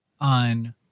on